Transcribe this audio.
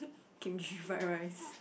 kimchi fried rice